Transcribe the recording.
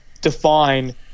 define